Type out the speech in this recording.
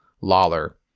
Lawler